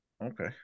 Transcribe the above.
Okay